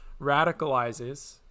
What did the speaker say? radicalizes